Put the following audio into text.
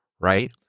right